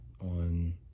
on